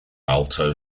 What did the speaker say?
alto